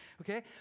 Okay